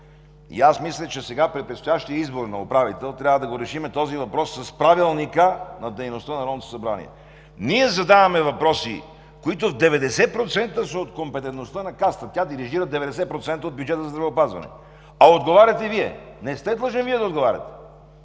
Аз мисля, че сега при предстоящия избор на управител трябва да решим този въпрос с Правилника за организацията и дейността на Народното събрание. Ние задаваме въпроси, които в 90% са от компетентността на Касата. Тя дирижира 90% от бюджета за здравеопазване, а отговаряте Вие. Не сте длъжен да отговаряте